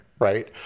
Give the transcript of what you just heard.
Right